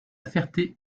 ferté